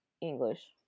english